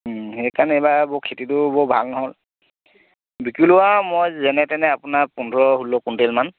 সেইকাৰণে এইবাৰ বৰ খেতিটো বৰ ভাল নহ'ল বিকিলোঁ আৰু মই যেনে তেনে আপোনাৰ পোন্ধৰ ষোল্ল কুইণ্টেল মান